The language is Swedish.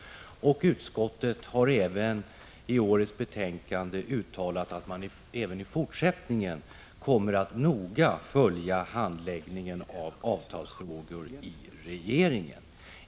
Utskottet har i årets betänkande också uttalat att man i fortsättningen noga kommer att följa handläggningen av avtalsfrågor i regeringen.